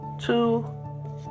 two